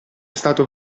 stato